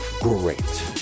great